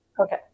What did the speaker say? Okay